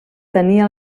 tenia